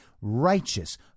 righteous